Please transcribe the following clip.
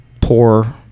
poor